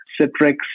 Citrix